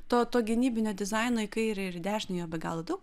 to to gynybinio dizaino į kairę ir į dešinę jo be galo daug